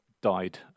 died